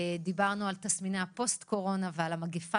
דיברנו על תסמיני הפוסט-קורונה ועל המגפה